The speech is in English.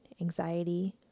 anxiety